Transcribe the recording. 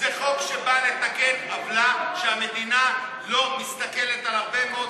זה חוק שבא לתקן עוולה שהמדינה לא מסתכלת על הרבה מאוד,